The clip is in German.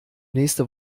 nächste